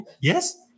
Yes